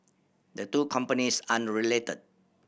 the two companies aren't related